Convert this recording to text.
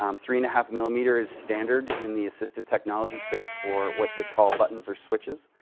um three and a half millimeter is standard in the assistive technology space for what we call buttons or switches,